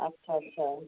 अच्छा अच्छा